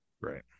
Right